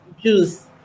juice